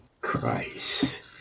Christ